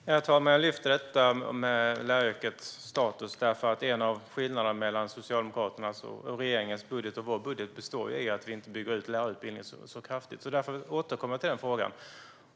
Herr talman! Jag lyfte fram detta med läraryrkets status därför att en av skillnaderna mellan regeringens budget och vår budget består i att vi inte bygger ut lärarutbildningen så kraftigt. Därför återkommer jag till frågan.